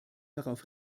darauf